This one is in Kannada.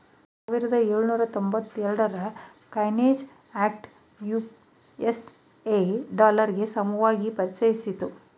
ಸಾವಿರದ ಎಳುನೂರ ತೊಂಬತ್ತ ಎರಡುರ ಕಾಯಿನೇಜ್ ಆಕ್ಟ್ ಯು.ಎಸ್.ಎ ಡಾಲರ್ಗೆ ಸಮಾನವಾಗಿ ಪರಿಚಯಿಸಿತ್ತು